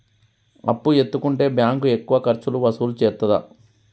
అప్పు ఎత్తుకుంటే బ్యాంకు ఎక్కువ ఖర్చులు వసూలు చేత్తదా?